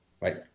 right